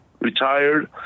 retired